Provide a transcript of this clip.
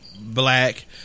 black